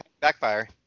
Backfire